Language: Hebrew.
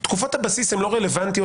תקופות הבסיס הן לא רלוונטיות,